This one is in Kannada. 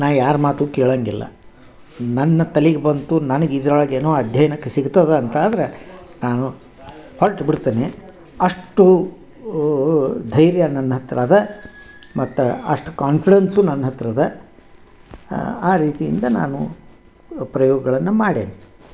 ನಾನು ಯಾರ ಮಾತೂ ಕೇಳೋಂಗಿಲ್ಲ ನನ್ನ ತಲೆಗ್ ಬಂತು ನನಗೆ ಇದ್ರೊಳಗೆ ಏನೋ ಅಧ್ಯಯನಕ್ಕೆ ಸಿಗ್ತದೆ ಅಂತಾದ್ರೆ ನಾನು ಹೊರ್ಟು ಬಿಡ್ತೀನಿ ಅಷ್ಟು ಧೈರ್ಯ ನನ್ನ ಹತ್ರ ಇದೆ ಮತ್ತು ಅಷ್ಟು ಕಾನ್ಫಿಡೆನ್ಸು ನನ್ನ ಹತ್ರ ಇದೆ ಆ ರೀತಿಯಿಂದ ನಾನು ಪ್ರಯೋಗಗಳನ್ನು ಮಾಡೇನಿ